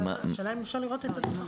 השאלה אם אפשר לראות את הדוח החתום.